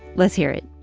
let's hear it